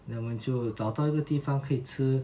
then 我们就找到一个地方可以吃